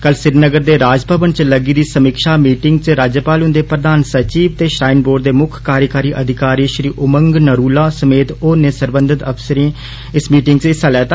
कल श्रीनगर दे राजभवन च लग्गी दी समीक्षा मीटिंग च राज्यपाल हुंदे प्रधान सचिव ते श्राईन बोर्ड दे मुक्ख कार्यकारी अधिकारी श्री उमंग नरूला समेत होरनें सरबंधत अफसरें हिस्सा लैता